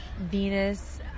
Venus